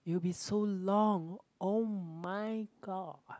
it will be so long oh-my-god